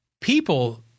People